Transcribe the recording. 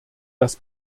das